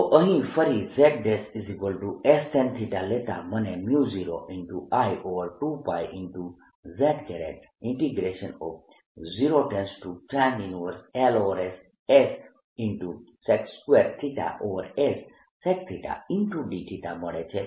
તો અહીં ફરી zs tan લેતા મને 0I2π z 0tan 1s sec2s secθdθ મળે છે